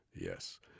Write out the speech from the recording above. Yes